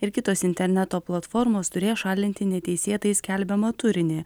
ir kitos interneto platformos turės šalinti neteisėtai skelbiamą turinį